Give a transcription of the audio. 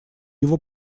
его